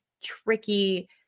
tricky